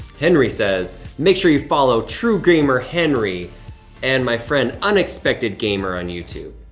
henry says, make sure you follow true gamer henry and my friend unexpected gamer on youtube.